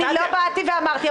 אני לא באתי ואמרתי.